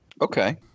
Okay